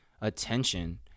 attention